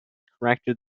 corrected